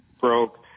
broke